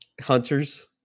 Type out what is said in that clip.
Hunters